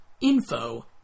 info